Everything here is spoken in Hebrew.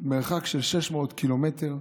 במרחק של 600 קילומטר,